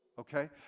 Okay